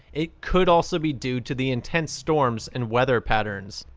it could also be due to the intense storms and weather patterns.